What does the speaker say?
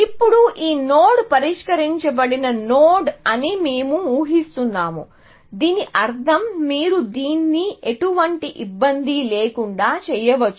ఇప్పుడు ఈ నోడ్ పరిష్కరించబడిన నోడ్ అని మేము ఉహిస్తున్నాము దీని అర్థం మీరు దీన్ని ఎటువంటి ఇబ్బంది లేకుండా చేయవచ్చు